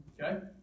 okay